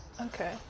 Okay